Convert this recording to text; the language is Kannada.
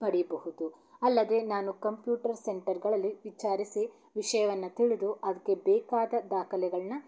ಪಡೀಬಹುದು ಅಲ್ಲದೆ ನಾನು ಕಂಪ್ಯೂಟರ್ ಸೆಂಟರ್ಗಳಲ್ಲಿ ವಿಚಾರಿಸಿ ವಿಷಯವನ್ನ ತಿಳಿದು ಅದಕ್ಕೆ ಬೇಕಾದ ದಾಖಲೆಗಳನ್ನ